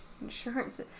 Insurance